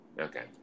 Okay